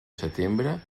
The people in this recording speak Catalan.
setembre